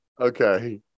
Okay